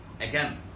Again